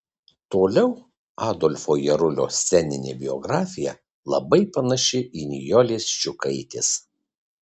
toliau adolfo jarulio sceninė biografija labai panaši į nijolės ščiukaitės